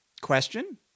question